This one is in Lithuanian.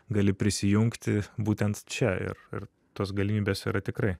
gali prisijungti būtent čia ir ir tos galimybės yra tikrai